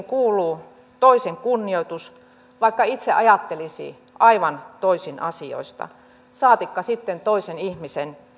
kuuluu toisen kunnioitus vaikka itse ajattelisi aivan toisin asioista puhumattakaan sitten toisen ihmisen